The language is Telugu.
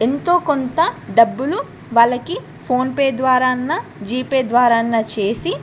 ఎంతో కొంత డబ్బులు వాళ్ళకి ఫోన్పే ద్వారాన్న జీపే ద్వారాన్న చేసి